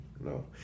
No